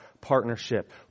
partnership